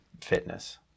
fitness